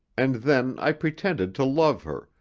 and then i pretended to love her,